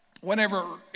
whenever